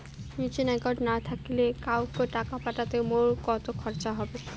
নিজের একাউন্ট না থাকিলে কাহকো টাকা পাঠাইতে মোর কতো খরচা হবে?